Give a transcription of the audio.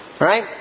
Right